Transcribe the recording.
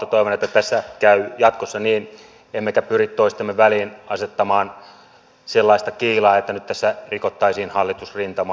toivon että tässä käy jatkossa niin emmekä pyri toistemme väliin asettamaan sellaista kiilaa että nyt tässä rikottaisiin hallitusrintamaa